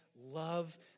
Love